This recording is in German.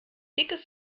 dickes